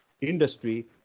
industry